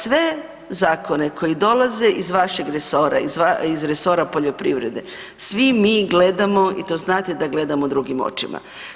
Sve zakone koji dolaze iz vašeg resora, iz resora poljoprivrede, svi mi gledamo i to znate da gledamo drugim očima.